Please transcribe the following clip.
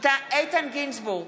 איתן גינזבורג,